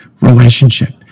relationship